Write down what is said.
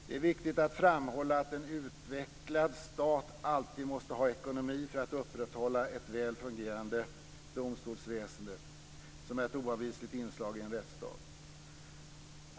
Det är viktigt att framhålla att en utvecklad stat alltid måste ha ekonomi för att upprätthålla ett väl fungerande domstolsväsende som är ett oavvisligt inslag i en rättsstat.